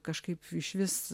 kažkaip išvis